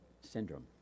syndrome